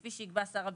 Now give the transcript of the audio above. כפי שיקבע שר הביטחון,